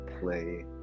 play